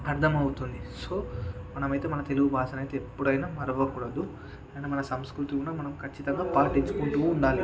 అర్థమవుతుంది సో మనమైతే మన తెలుగు భాషనైతే ఎప్పుడైనా మరవకూడదు అండ్ మన సంస్కృతి కూడా మనం ఖచ్చితంగా పాటించుకుంటూ ఉండాలి